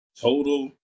total